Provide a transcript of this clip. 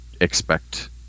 expect